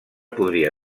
podria